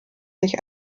sich